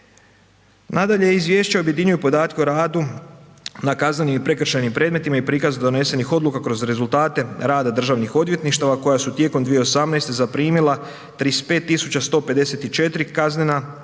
Nadalje, izvješće objedinjuje podatke o radu na kaznenim i prekršajnim predmetima i prikazu donesenih odluka kroz rezultate rada državnih odvjetništava koja su tijekom 2018. zaprimila 35.154 kaznene